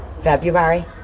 February